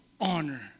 honor